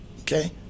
Okay